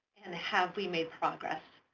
and have we made progress?